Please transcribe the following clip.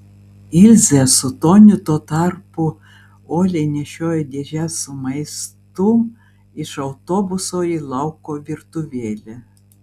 ilzė su toniu tuo tarpu uoliai nešiojo dėžes su maistu iš autobuso į lauko virtuvėlę